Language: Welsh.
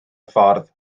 ffordd